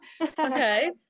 okay